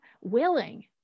willing